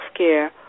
healthcare